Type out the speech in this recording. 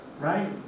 right